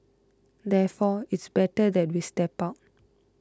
therefore it's better that we step out